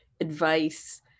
advice